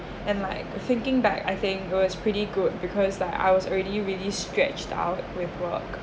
and like thinking back I think it was pretty good because like I was already really stretched out with work